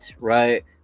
right